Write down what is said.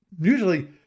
Usually